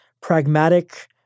pragmatic